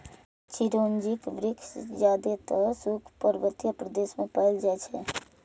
चिरौंजीक वृक्ष जादेतर शुष्क पर्वतीय प्रदेश मे पाएल जाइ छै